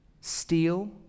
steal